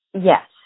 Yes